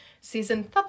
season